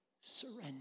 Surrender